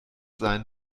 sein